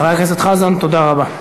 חבר הכנסת חזן, תודה רבה.